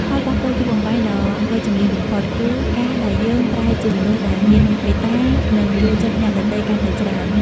ផលប៉ះពាល់យូរអង្វែងដ៏វិជ្ជមានបំផុត គឺការដែលយើងប្រែជាមនុស្សដែលមានមេត្តា និងយល់ចិត្តអ្នកដទៃកាន់តែច្រើន។